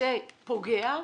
זה פוגע,